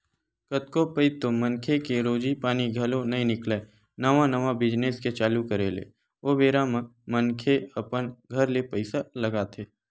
कतको पइत तो मनखे के रोजी पानी घलो नइ निकलय नवा नवा बिजनेस के चालू करे ले ओ बेरा म मनखे अपन घर ले पइसा लगाथे